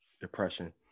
depression